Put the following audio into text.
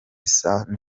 san